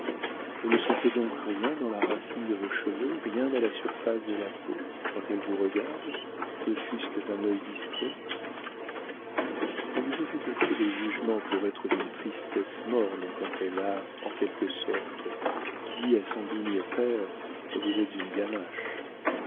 vous ne sentez donc rien dans la racine de vos cheveux rien à la surface de la peau quand elle vous regarde ne fût-ce que d'un œil distrait mais vous avez eu assez de jugement pour être d'une tristesse morne quand elle a en quelque sorte dit à son digne père vous êtes une ganache